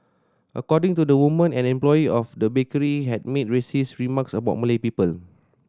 according to the woman an employee of the bakery had made racist remarks about Malay people